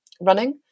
running